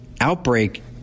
outbreak